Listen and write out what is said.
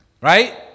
right